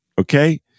Okay